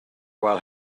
while